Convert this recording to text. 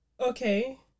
Okay